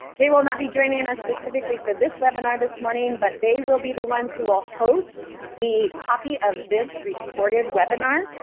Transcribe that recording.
they will not be joining us specifically for this webinar this morning, but they will be the ones who will host the copy of this recorded webinar.